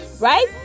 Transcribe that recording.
right